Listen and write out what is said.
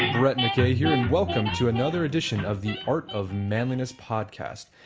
brett mckay here and welcome to another edition of the art of manliness podcast.